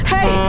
Hey